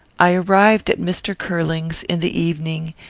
i arrived at mr. curling's in the evening,